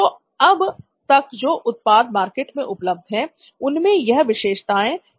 तो अब तक जो उत्पाद मार्केट में उपलब्ध है उनमें यह सब विशेषताएं नहीं है